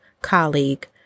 colleague